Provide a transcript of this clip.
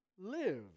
live